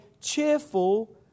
cheerful